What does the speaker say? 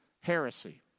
Heresy